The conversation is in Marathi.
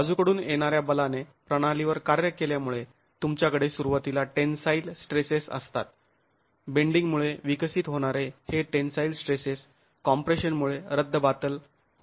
बाजूकडून येणाऱ्या बलाने प्रणालीवर कार्य केल्यामुळे तुमच्याकडे सुरुवातीला टेंन्साईल स्ट्रेसेस असतात बेंडींग मुळे विकसित होणारे हे टेंन्साईल स्ट्रेसेस कॉम्प्रेशन मुळे रद्दबातल होतात